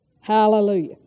Hallelujah